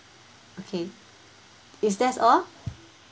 okay is that all